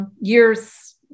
Years